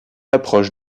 approche